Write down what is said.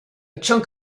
chunk